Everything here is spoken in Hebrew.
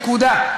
נקודה.